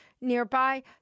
nearby